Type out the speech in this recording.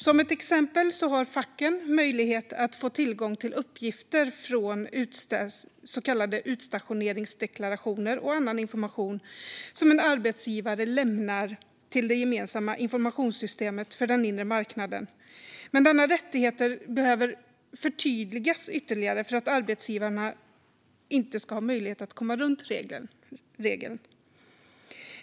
Till exempel har facken möjlighet att få tillgång till uppgifter från så kallade utstationeringsdeklarationer och annan information som en arbetsgivare lämnar till det gemensamma informationssystemet för den inre marknaden, men denna rättighet behöver förtydligas ytterligare för att arbetsgivarna inte ska ha möjlighet att komma runt regeln.